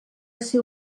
ser